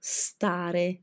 stare